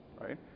right